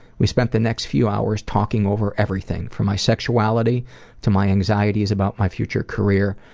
we spent the next few hours talking over everything, from my sexuality to my anxieties about my future career,